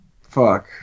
Fuck